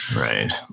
right